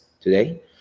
today